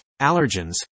allergens